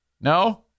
No